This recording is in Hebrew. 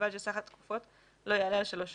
ובלבד שסך התקופות לא יעלה על שלוש שנים.